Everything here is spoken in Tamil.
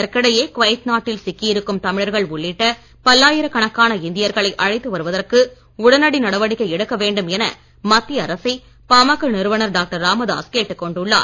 இதற்கிடையே குவைத் நாட்டில் சிக்கி இருக்கும் தமிழர்கள் உள்ளிட்ட பல்லாயிர கணக்கான இந்தியர்களை அழைத்து வருவதற்கு உடனடி நடவடிக்கை எடுக்க வேண்டும் என மத்திய அரசை பாமக நிறுவனர் டாக்டர் ராமதாஸ் கேட்டுக் கொண்டுள்ளார்